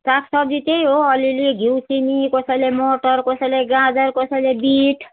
साग सब्जी त्यही हो अलिअलि घिउ सिमी कसैले मटर कसैले गाजर कसैले बिट